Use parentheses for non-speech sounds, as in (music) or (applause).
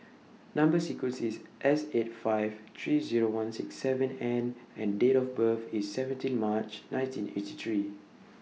Number sequence IS S eight five three Zero one six seven N and Date of birth IS seventeen (noise) March nineteen eighty three